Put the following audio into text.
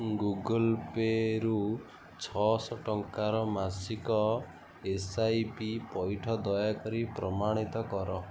Google ପେରୁ ଛଅଶହ ଟଙ୍କାର ମାସିକ ଏସ ଆଇ ପି ପଇଠ ଦୟାକରି ପ୍ରମାଣିତ କର